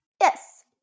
Yes